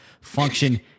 function